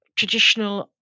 Traditional